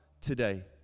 today